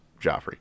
Joffrey